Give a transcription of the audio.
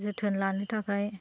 जोथोन लानो थाखाय